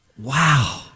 Wow